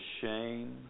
shame